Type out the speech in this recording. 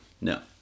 No